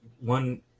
one